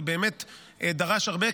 זה באמת דרש הרבה,